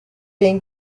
been